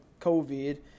COVID